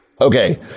Okay